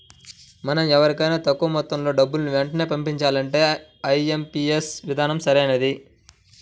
మనం వేరెవరికైనా తక్కువ మొత్తంలో డబ్బుని వెంటనే పంపించాలంటే ఐ.ఎం.పీ.యస్ విధానం సరైనది